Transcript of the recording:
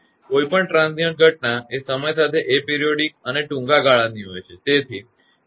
કોઈપણ ટ્રાંઝિઇન્ટ ઘટના એ સમય સાથે એપરિઓઇડિક અને ટૂંકા ગાળાની હોય છે